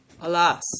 Alas